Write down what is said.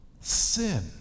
sin